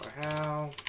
how